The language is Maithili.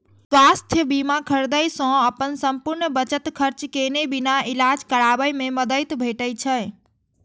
स्वास्थ्य बीमा खरीदै सं अपन संपूर्ण बचत खर्च केने बिना इलाज कराबै मे मदति भेटै छै